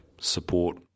support